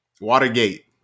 Watergate